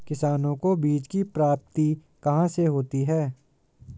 किसानों को बीज की प्राप्ति कहाँ से होती है?